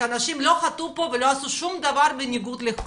שאנשים לא חטאו פה ולא עשו שום דבר בניגוד לכלום,